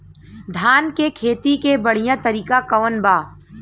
धान के खेती के बढ़ियां तरीका कवन बा?